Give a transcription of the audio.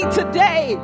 today